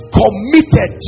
committed